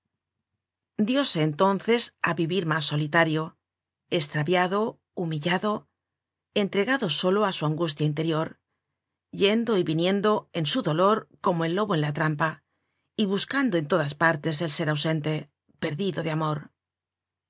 dióse entonces á vivir mas solitario estraviado humillado entregado solo á su angustia interior yendo y viniendo en su dolor como el lobo en la trampa y buscando en todas partes el ser ausente perdido de amor